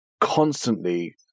constantly